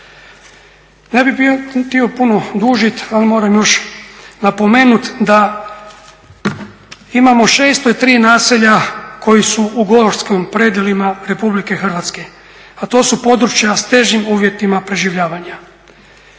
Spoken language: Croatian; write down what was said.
Ne bih htio puno dužiti, ali moram još napomenuti da imamo 603 naselja koji su u gorskim predjelima RH, a to su područja s težim uvjetima preživljavanja.